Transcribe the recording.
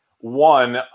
One